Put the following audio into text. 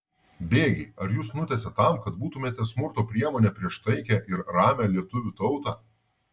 bėgiai ar jus nutiesė tam kad būtumėte smurto priemonė prieš taikią ir ramią lietuvių tautą